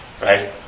right